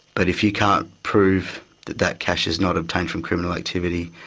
but if you can't prove that that cash is not obtained from criminal activity,